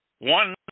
One